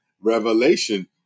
revelation